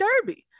Derby